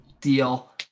deal